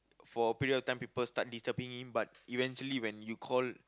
for a period of time people start disturbing him but eventually when you call